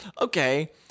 okay